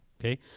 okay